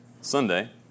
Sunday